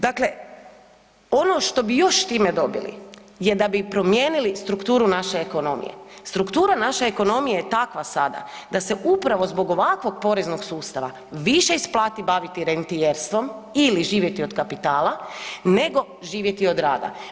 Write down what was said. Dakle, ono što bi još time dobili je da bi promijenili strukturu naše ekonomije, struktura naše ekonomije je takva sada da se upravo zbog ovakvog poreznog sustava više isplati baviti rentijerstvom ili živjeti od kapitala, nego živjeti od rada.